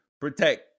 protect